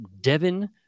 Devin